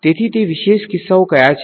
તેથી તે વિશેષ કિસ્સાઓ કયા છે